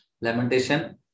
lamentation